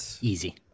easy